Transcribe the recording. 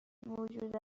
موجود